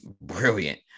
brilliant